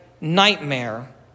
nightmare